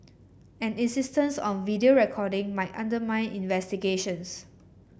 an insistence on video recording might undermine investigations